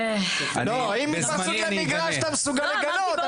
אם מתפרצים למגרש אתה מסוגל לגנות אבל